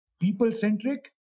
people-centric